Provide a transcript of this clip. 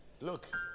look